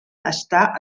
està